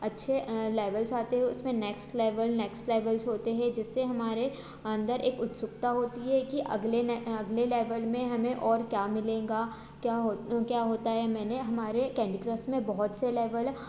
अच्छे लेवल्स आते हैँ उस में नेक्स्ट लेवल नेक्स्ट लेवल्स होते हैं जिससे हमारे अंदर एक उत्सुकता होती है कि अगले ने अगले लेवल में हमें और क्या मिलेगा क्या होता क्या होता है मैंने हमारे कैंडी क्रस में बहुत से लेवल